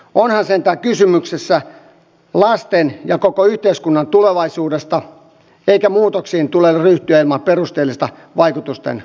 onhan sentään kysymys lasten ja koko yhteiskunnan tulevaisuudesta eikä muutoksiin tule ryhtyä ilman perusteellista vaikutusten arviointia